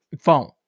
phone